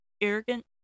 arrogant